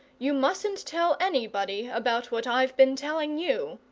you mustn't tell anybody about what i've been telling you!